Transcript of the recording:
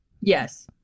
Yes